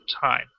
time